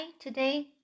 Today